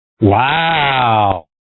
Wow